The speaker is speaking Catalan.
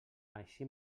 així